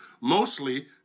mostly